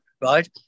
Right